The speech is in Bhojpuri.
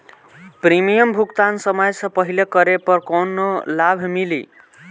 प्रीमियम भुगतान समय से पहिले करे पर कौनो लाभ मिली?